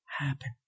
happen